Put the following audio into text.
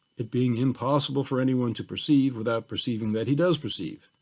it being impossible for anyone to perceive without perceiving that he does perceive.